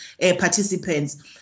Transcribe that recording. participants